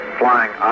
flying